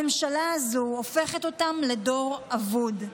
הממשלה הזו הופכת אותם לדור אבוד,